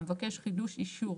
המבקש חידוש אישור